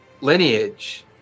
lineage